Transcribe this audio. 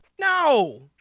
No